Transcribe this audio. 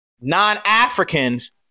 non-Africans